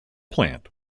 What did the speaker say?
plant